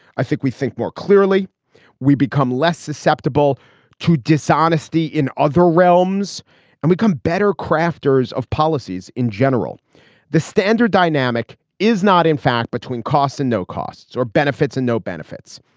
i think we think more clearly we become less susceptible to dishonesty in other realms and we can better crafters of policies in general the standard dynamic is not in fact between costs and no costs or benefits and no benefits.